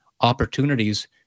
opportunities